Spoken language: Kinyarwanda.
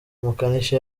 umukanishi